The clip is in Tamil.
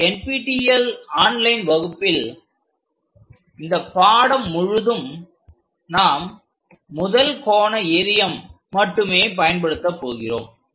இந்த NPTEL ஆன்லைன் வகுப்பில் இந்த பாடம் முழுவதும் நாம் முதல் கோண எறியம் மட்டுமே பயன்படுத்த போகிறோம்